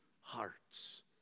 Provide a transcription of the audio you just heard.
hearts